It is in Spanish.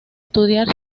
estudiar